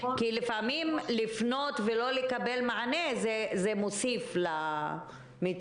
כי לפעמים לפנות ולא לקבל מענה זה מוסיף למצוקה.